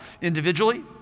individually